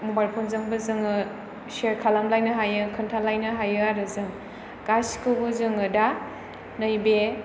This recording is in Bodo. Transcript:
मबाइल फन जोंबाे जोङो सेर खालामलायनो हायो खिन्थालायनो हायो आरो जों गासिखौबो जोङो दा नैबे